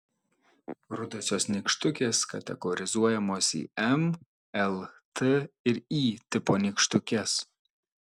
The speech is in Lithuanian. rudosios nykštukės kategorizuojamos į m l t ir y tipo nykštukes